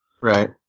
Right